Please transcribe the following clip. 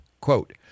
quote